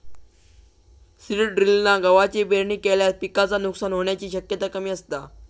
seed ड्रिलना गवाची पेरणी केल्यास पिकाचा नुकसान होण्याची शक्यता कमी असता